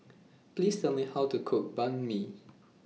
Please Tell Me How to Cook Banh MI